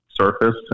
surface